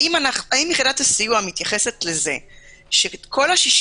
האם יחידת הסיוע מתייחסת לזה שכל ה-60